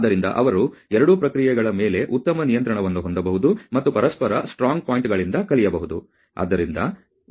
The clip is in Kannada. ಆದ್ದರಿಂದ ಅವರು ಎರಡೂ ಪ್ರಕ್ರಿಯೆಗಳ ಮೇಲೆ ಉತ್ತಮ ನಿಯಂತ್ರಣವನ್ನು ಹೊಂದಬಹುದು ಮತ್ತು ಪರಸ್ಪರ ಸ್ಟ್ರಾಂಗ್ ಪಾಯಿಂಟ್ಗಳಿಂದ ಕಲಿಯಬಹುದು